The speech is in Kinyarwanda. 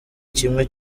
kimwe